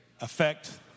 affect